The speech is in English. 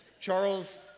Charles